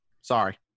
Sorry